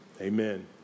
Amen